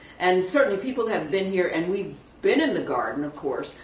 and certainly people have been here and we've been in the garden of course.